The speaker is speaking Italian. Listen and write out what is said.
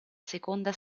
seconda